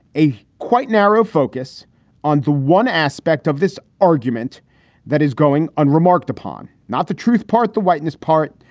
a quite narrow focus on the one aspect of this argument that is going unremarked upon, not the truth part, the whiteness part,